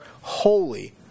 holy